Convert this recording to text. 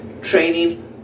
training